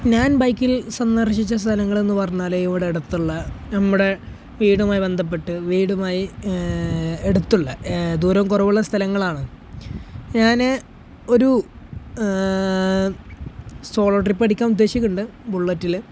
ഞാൻ ബൈക്കിൽ സന്ദർശിച്ച സ്ഥലങ്ങളെന്നു പറഞ്ഞാൽ ഇവിടെ അടുത്തുള്ള നമ്മുടെ വീടുമായി ബന്ധപ്പെട്ട് വീടുമായി അടുത്തുള്ള ദൂരം കുറവുള്ള സ്ഥലങ്ങളാണ് ഞാൻ ഒരു സോളോ ട്രിപ്പ് അടിക്കാൻ ഉദ്ദേശിക്കുന്നുണ്ട് ബുള്ളറ്റിൽ